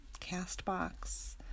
CastBox